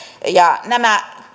nämä